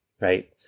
Right